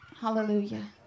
Hallelujah